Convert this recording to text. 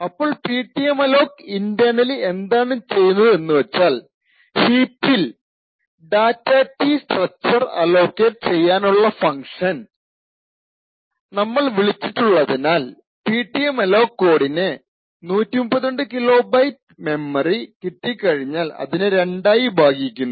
അപ്പോൾ ptmalloc internally എന്താണ് ചെയ്യുന്നത് എന്ന് വച്ചാൽ ഹീപ്പിൽ data T data T structure allocate ചെയ്യാനുള്ള ഫങ്ക്ഷൺ നമ്മൾ വിളിച്ചിട്ടുള്ളതിനാൽ പിടിഎംഅലോക് കോഡിന് 132 കിലോബൈറ്റ് മെമ്മറി കിട്ടിക്കഴിഞ്ഞാൽ അതിനെ രണ്ടായി ഭാഗിക്കുന്നു